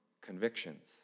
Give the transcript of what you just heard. convictions